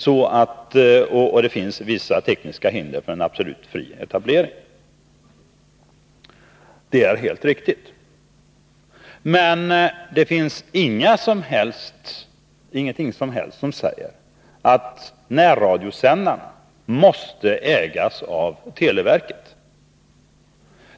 Det kan finnas vissa tekniska hinder för en absolut fri etablering. Det är helt riktigt. Men det finns ingenting som säger att närradiosändarna måste ägas av televerket.